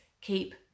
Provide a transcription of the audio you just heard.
keep